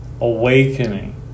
awakening